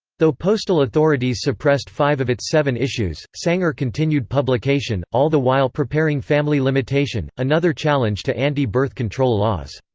though postal authorities suppressed five of its seven issues, sanger continued publication, all the while preparing family limitation, another challenge to anti-birth control laws.